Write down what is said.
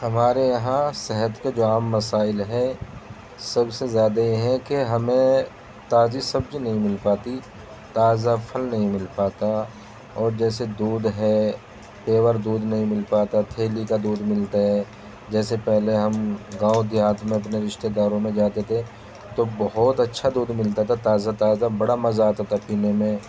ہمارے یہاں صحت کے جو عام مسائل ہیں سب سے زیادہ یہ ہیں کہ ہمیں تازی سبزی نہیں مل پاتی تازہ پھل نہیں مل پاتا اور جیسے دودھ ہے پیور دودھ نہیں مل پاتا تھیلی کا دودھ ملتا ہے جیسے پہلے ہم گاؤں دیہات میں اپنے رشتے داروں میں جاتے تھے تو بہت اچھا دودھ ملتا تھا تازہ تازہ بڑا مزہ آتا تھا پینے میں